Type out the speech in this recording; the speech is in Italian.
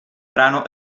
brano